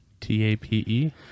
T-A-P-E